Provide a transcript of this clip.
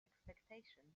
expectations